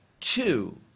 two